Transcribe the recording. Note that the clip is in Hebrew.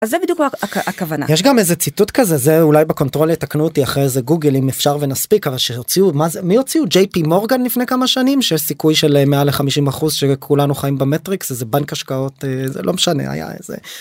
יש גם איזה ציטוט כזה זה אולי בקונטרול יתקנו אותי אחרי זה עם גוגל אם אפשר ונספיק אבל שיוצאו מה זה מי יוצאו ג'יי פי מורגן לפני כמה שנים שיש סיכוי של מעל ל 50 אחוז שכולנו חיים במטריקס איזה בנק השקעות זה לא משנה היה איזה.